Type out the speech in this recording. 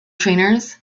trainers